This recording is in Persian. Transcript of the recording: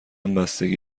بستگی